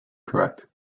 correct